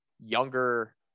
younger